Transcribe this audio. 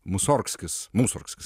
musorgskis musorgskis